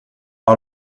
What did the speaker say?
par